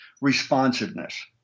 responsiveness